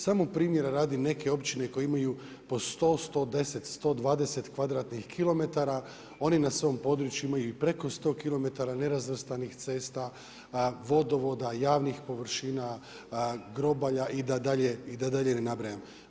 Samo primjera radi, neke općine koje imaju po 100, 110, 120 kvadratnih kilometara, one na svom području imaju i preko 100 kilometara nerazvrstanih cesta, vodovoda, javnih površina, groblja i da dalje ne nabrajam.